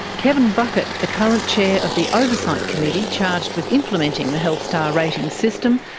kevin buckett, the current chair of the oversight committee charged with implementing the health star ratings system,